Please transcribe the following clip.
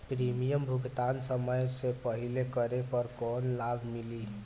Premium भुगतान समय से पहिले करे पर कौनो लाभ मिली?